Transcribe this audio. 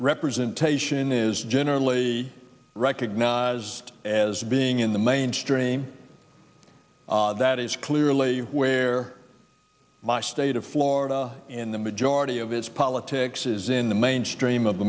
representation is generally recognized as being in the mainstream that is clearly where my state of florida in the majority of its politics is in the mainstream of